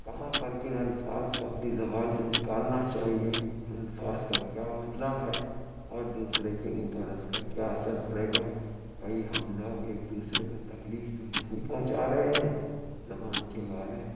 کہاں پر کن الفاظ کا اپنی زبان سے نکالنا چاہیے ان الفاظ کا کیا مطلب ہے اور دوسرے کے اوپر اس کا کیا اثر پڑے گا کہیں ہم لوگ ایک دوسرے کو تکلیف تو نہیں پہنچا رہے ہیں زبان کے بارے